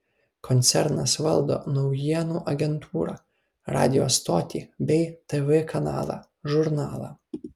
koncernas valdo naujienų agentūrą radijo stotį bei tv kanalą žurnalą